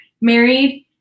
married